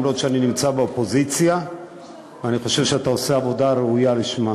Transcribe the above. ואף שאני נמצא באופוזיציה אני חושב שאתה עושה עבודה ראויה לשמה.